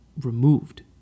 removed